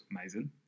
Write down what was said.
Amazing